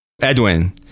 Edwin